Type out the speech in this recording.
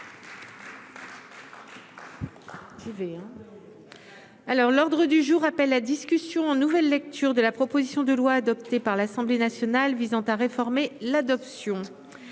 L'ordre du jour appelle la discussion en nouvelle lecture de la proposition de loi, adoptée par l'Assemblée nationale en nouvelle lecture